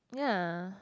ya